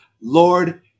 Lord